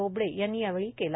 बोबडे यांनी यावेळी केला